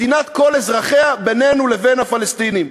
מדינת כל אזרחיה בינינו לבין הפלסטינים.